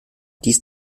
dies